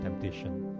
temptation